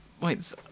wait